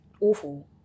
awful